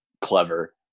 clever